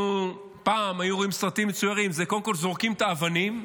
פעם היינו רואים סרטים מצוירים: קודם כול זורקים את האבנים,